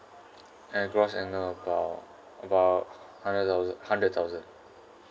at gross annual about about hundred thousand hundred thousand